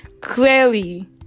clearly